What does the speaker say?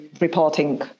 reporting